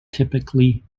typically